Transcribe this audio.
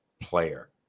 player